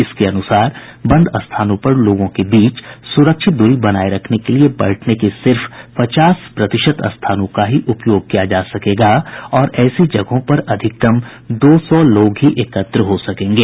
इसके अनुसार बंद स्थानों पर लोगों के बीच सुरक्षित दूरी बनाए रखने के लिए बैठने के सिर्फ पचास प्रतिशत स्थानों का ही उपयोग किया जा सकेगा और ऐसी जगहों पर अधिकतम दो सौ लोग ही एकत्र हो सकेंगे